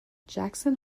jackson